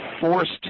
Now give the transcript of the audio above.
forced